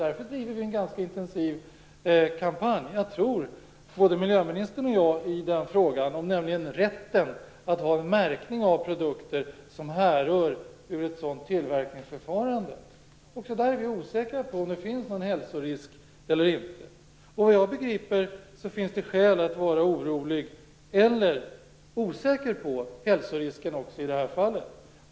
Därför driver vi en ganska intensiv kampanj, tror jag, både miljöministern och jag, i frågan om rätten till en märkning av produkter som härrör från ett sådant tillverkningsförfarande. Också där är vi osäkra på om det finns en hälsorisk eller inte. Vad jag begriper finns det skäl att vara orolig eller osäker när det gäller hälsorisken också i det här fallet.